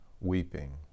weeping